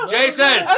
Jason